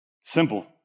Simple